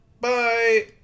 Bye